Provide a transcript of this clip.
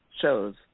shows